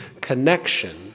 connection